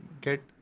get